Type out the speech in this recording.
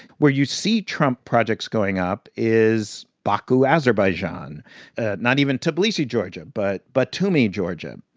where you see trump projects going up is baku, azerbaijan not even tbilisi, ga, but batumi, ga.